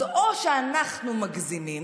אז או שאנחנו מגזימים,